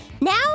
now